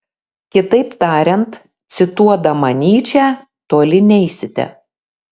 kitaip tariant cituodama nyčę toli neisite